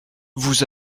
vous